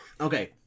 Okay